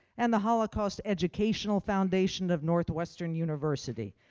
and the holocaust educational foundation of northwestern university.